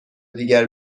دیگر